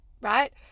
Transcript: right